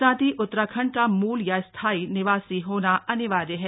साथ ही उत्तराखण्ड का मूल या स्थायी निवासी होना अनिवार्य है